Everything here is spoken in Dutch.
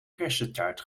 kersentaart